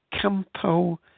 Campo